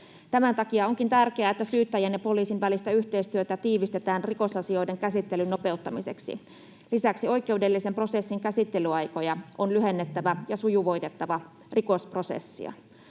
Tämän takia onkin tärkeää, että syyttäjän ja poliisin välistä yhteistyötä tiivistetään rikosasioiden käsittelyn nopeuttamiseksi. Lisäksi oikeudellisen prosessin käsittelyaikoja on lyhennettävä ja sujuvoitettava rikosprosessia.